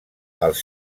als